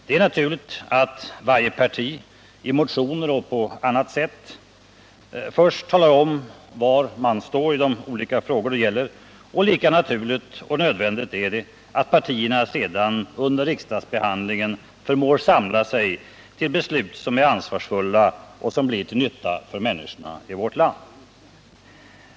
Det är naturligt att varje parti i motioner och på annat sätt först talar om var det står i de olika frågor det gäller, och lika naturligt och nödvändigt är det att partierna sedan under riksdagsbehandlingen förmår samla sig till beslut som är ansvarsfulla och som blir till nytta för människorna i vårt land.